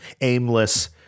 aimless